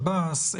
שב"ס,